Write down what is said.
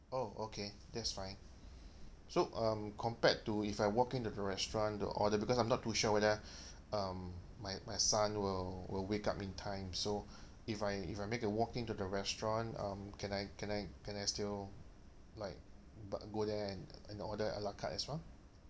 oh okay that's fine so um compared to if I walk into the restaurant to order because I'm not too sure whether um my my son will will wake up in time so if I if I make a walk in to the restaurant um can I can I can I still like bu~ go there and and order ala carte as well